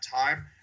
time